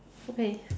okay